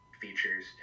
features